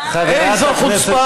איזו חוצפה,